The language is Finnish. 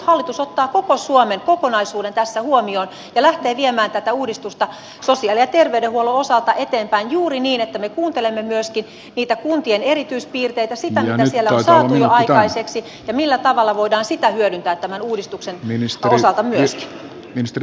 hallitus ottaa koko suomen kokonaisuuden tässä huomioon ja lähtee viemään tätä uudistusta sosiaali ja terveydenhuollon osalta eteenpäin juuri niin että me kuuntelemme myöskin niitä kuntien erityispiirteitä sitä mitä siellä on saatu jo aikaiseksi ja millä tavalla voidaan sitä hyödyntää tämän uudistuksen osalta myöskin